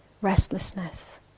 restlessness